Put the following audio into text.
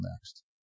next